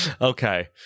okay